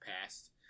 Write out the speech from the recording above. past